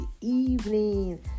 evening